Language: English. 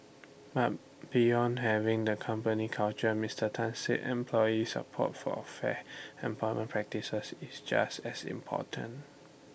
but beyond having the company culture Mister Tan said employee support for fair employment practices is just as important